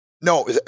No